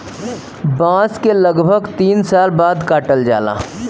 बांस के लगभग तीन साल बाद काटल जाला